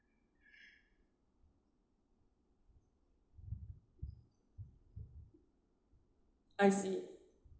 I see